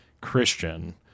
Christian